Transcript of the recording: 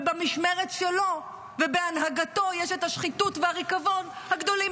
ובמשמרת שלו ובהנהגתו יש את השחיתות והריקבון הגדולים